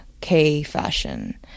K-fashion